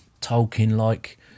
Tolkien-like